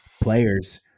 players